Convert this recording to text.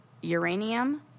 uranium